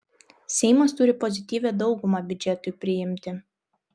seimas turi pozityvią daugumą biudžetui priimti